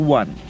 one